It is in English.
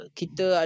kita